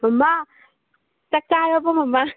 ꯃꯃꯥ ꯆꯥꯛ ꯆꯥꯔꯕꯣ ꯃꯃꯥ